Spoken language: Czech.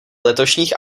letošních